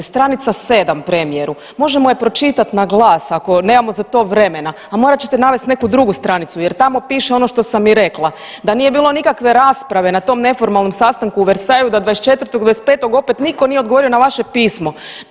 Stranica 7 premijeru, možemo je pročitat na glas ako, nemamo za to vremena, a morat ćete navest neku drugu stranicu jer tamo piše ono što sam i rekla, da nije bilo nikakve rasprave na tom neformalnom sastanku u Versaillesu da 24. i 25. opet niko nije odgovorio na vaše pismo.